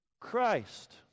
Christ